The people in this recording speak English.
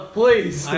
please